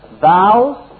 vows